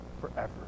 forever